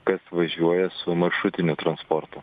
kas važiuoja su maršrutiniu transportu